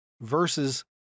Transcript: verses